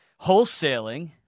wholesaling